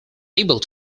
able